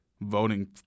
voting